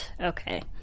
Okay